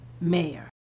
Mayor